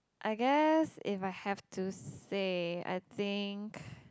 I guess if I have to say I think